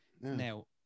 Now